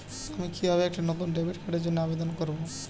আমি কিভাবে একটি নতুন ডেবিট কার্ডের জন্য আবেদন করব?